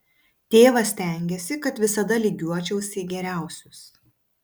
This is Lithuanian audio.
tėvas stengėsi kad visada lygiuočiausi į geriausius